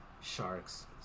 Sharks